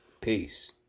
Peace